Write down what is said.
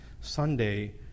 Sunday